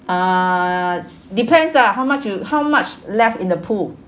uh depends lah how much you how much left in the pool